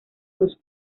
los